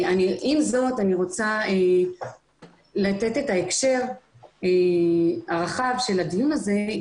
עם זאת, אני רוצה לתת את ההקשר הרחב של הדיון הזה.